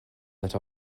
that